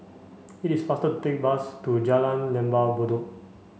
it is faster take bus to Jalan Lembah Bedok